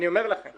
אומר לכם